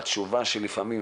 התשובה שלפעמים